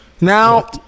Now